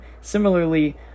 Similarly